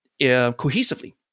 cohesively